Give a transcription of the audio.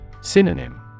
Synonym